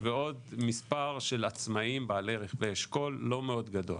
סדר גודל של 2,000 איש ועוד מספר של עצמאים -- -אשכול לא מאוד גדול.